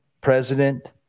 president